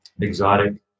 exotic